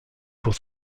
pour